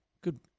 Good